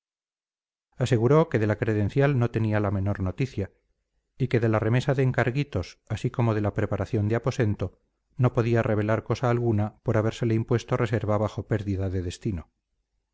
aseguró que de la credencial no tenía la menor noticia y que de la remesa de encarguitos así como de la preparación de aposento no podía revelar cosa alguna por habérsele impuesto reserva bajo pérdida de destino